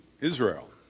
Israel